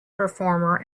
performer